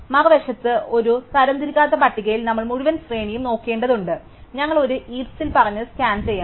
മറുവശത്ത് ഒരു തരംതിരിക്കാത്ത പട്ടികയിൽ നമ്മൾ മുഴുവൻ ശ്രേണിയും നോക്കേണ്ടതുണ്ട് ഞങ്ങൾ ഒരു ഹീപ്സിൽ പറഞ്ഞു സ്കാൻ ചെയ്യണം